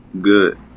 Good